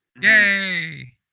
Yay